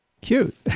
Cute